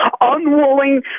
unwilling